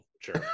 sure